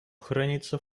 хранится